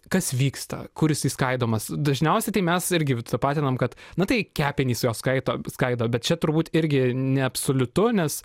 kas vyksta kur jis išskaidomas dažniausiai tai mes irgi tapatinam kad na tai kepenys juos skaito skaido bet čia turbūt irgi neabsoliutu nes